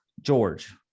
George